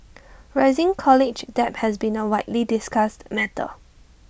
rising college debt has been A widely discussed matter